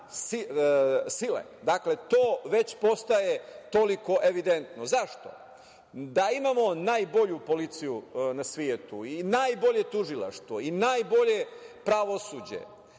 sile. Dakle, to već postaje toliko evidentno. Zašto? Da imamo najbolju policiju na svetu i najbolje tužilaštvo i najbolje pravosuđe,